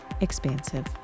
expansive